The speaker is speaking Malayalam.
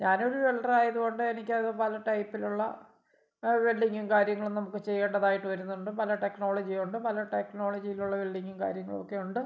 ഞാൻ ഒരു വെൽഡർ ആയത് കൊണ്ട് എനിക്ക് അത് പല ടൈപ്പിലുള്ള വെൽഡിങ്ങും കാര്യങ്ങളും നമുക്ക് ചെയ്യേണ്ടതായിട്ട് വരുന്നുണ്ട് പല ടെക്നോളജി ഉണ്ട് പല ടെക്നോളജിയിലുള്ള വെൽഡിങ്ങും കാര്യങ്ങളുമൊക്കെ ഉണ്ട്